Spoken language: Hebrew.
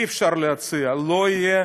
אי-אפשר להציע, לא יהיה